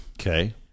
Okay